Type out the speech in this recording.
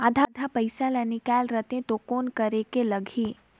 आधा पइसा ला निकाल रतें तो कौन करेके लगही?